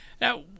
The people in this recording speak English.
Now